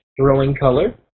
throwingcolor